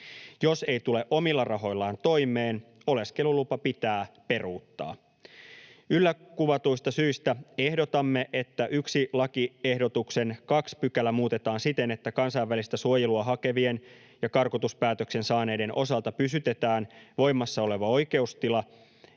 Jos ei tule omilla rahoillaan toimeen, oleskelulupa pitää peruuttaa. Yllä kuvatuista syistä ehdotamme, että 1. lakiehdotuksen 2 § muutetaan siten, että kansainvälistä suojelua hakevien ja karkotuspäätöksen saaneiden osalta pysytetään voimassa oleva oikeustila